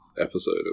episode